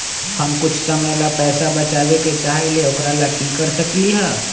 हम कुछ समय ला पैसा बचाबे के चाहईले ओकरा ला की कर सकली ह?